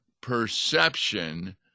perception